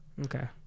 Okay